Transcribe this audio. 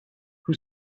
who